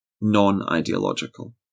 non-ideological